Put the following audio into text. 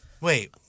Wait